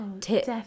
tip